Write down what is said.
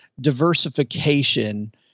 Diversification